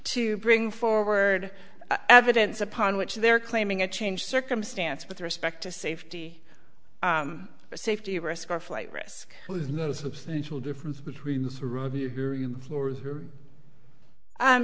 to bring forward evidence upon which they're claiming a change circumstance with respect to safety a safety risk or flight risk there's no substantial difference between